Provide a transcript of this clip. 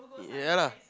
ya lah